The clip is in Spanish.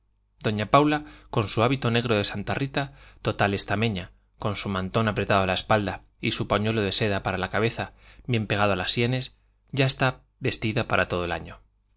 doña paula con su hábito negro de santa rita total estameña su mantón apretado a la espalda y su pañuelo de seda para la cabeza bien pegado a las sienes ya está vestida para todo el año